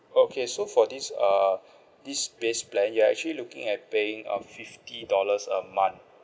okay so for this err this base plan you are actually looking at paying a fifty dollars a month